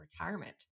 retirement